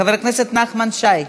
חבר הכנסת נחמן שי.